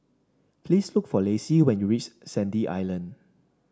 please look for Lacey when you reach Sandy Island